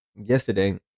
yesterday